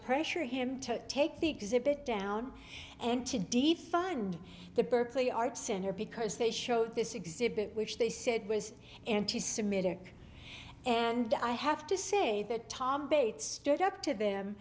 pressure him to take the exhibit down and to defund the berkeley art center because they showed this exhibit which they said was anti semitic and i have to say that tom bates stood up to them